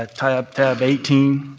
ah tab tab eighteen?